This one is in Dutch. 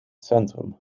centrum